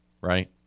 right